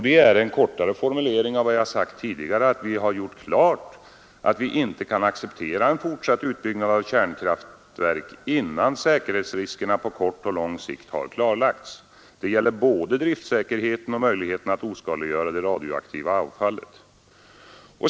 Det är en kortare formulering av vad jag tidigare har sagt, nämligen att vi har gjort klart att vi inte kan acceptera en fortsatt utbyggnad av kärnkraftverk innan säkerhetsriskerna på kort och lång sikt har klarlagts — det gäller både driftsäkerheten och möjligheterna att oskadliggöra det radioaktiva avfallet.